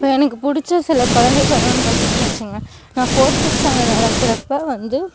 இப்போ எனக்கு பிடிச்ச சில குழந்தை பருவன்னு பார்த்திங்னா வச்சுக்கங்க நான் ஃபோர்த்து ஸ்டாண்டர்ட் நடக்கிறப்ப வந்து